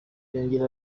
yongeye